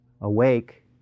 awake